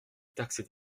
taxer